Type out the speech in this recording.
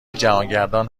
جهانگردان